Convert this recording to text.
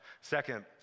Second